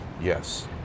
Yes